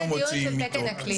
זה בדיון של תקן הכליאה.